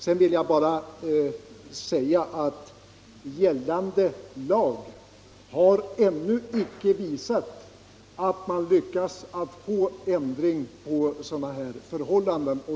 Sedan vill jag bara säga att gällande lag ännu inte har visat att det går att få ändring av sådana här förhållanden.